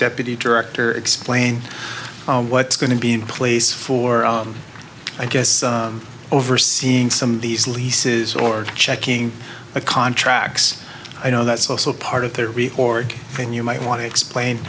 deputy director explain what's going to be in place for i guess overseeing some of these leases or checking a contracts i know that's also part of their org and you might want to explain